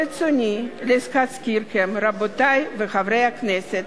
ברצוני להזכירכם, רבותי חברי הכנסת,